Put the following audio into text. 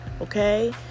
Okay